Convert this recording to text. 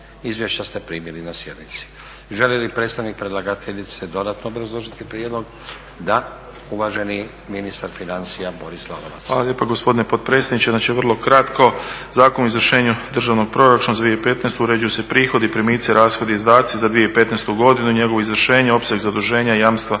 Izvješća ste primili na sjednici. Želi li predstavnik predlagateljice dodatno obrazložiti prijedlog? Da. Uvaženi ministar financija Boris Lalovac. **Lalovac, Boris (SDP)** Hvala lijepa gospodine potpredsjedniče. Znači vrlo kratko, Zakonom o izvršenju Državnog proračuna za 2015. uređuju se prihodi, primici, rashodi i izdaci za 2015. godinu i njegovo izvršenje, opseg zaduženja, jamstva